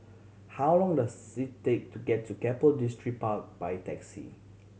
how long does it take to get to Keppel Distripark by taxi